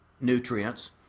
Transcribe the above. nutrients